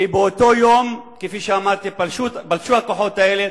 עד אותו יום, כפי שאמרתי, שפלשו הכוחות האלה